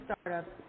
startups